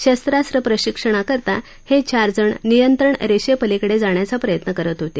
शस्त्रास्र प्रशिक्षणाकरता हे चार जण नियंत्रण रेषेपलिकडे जाण्याचा प्रयत्न करत होते